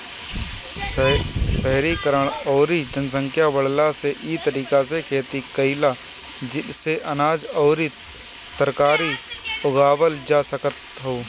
शहरीकरण अउरी जनसंख्या बढ़ला से इ तरीका से खेती कईला से अनाज अउरी तरकारी उगावल जा सकत ह